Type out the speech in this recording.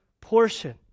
portion